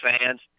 fans